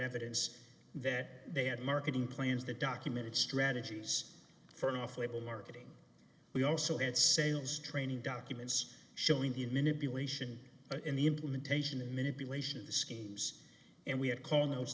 evidence that they had marketing plans that documented strategies for an off label marketing we also had sales training documents showing the manipulation in the implementation and manipulation of the schemes and we had call